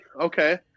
okay